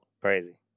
Crazy